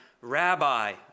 Rabbi